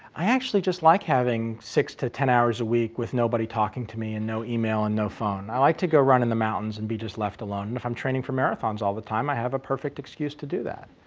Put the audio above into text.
i actually just like having six to ten hours a week with nobody talking to me and no email and no phone. i like to go run in the mountains and be just left alone. and if i'm training for marathons all the time, i have a perfect excuse to do that.